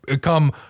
come